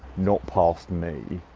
not past me.